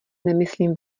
nemyslím